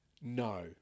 no